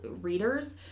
readers